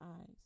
eyes